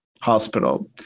Hospital